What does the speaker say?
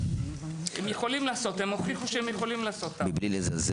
הם הוכיחו שהם יכולים לעשות את העבודה.